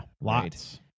lots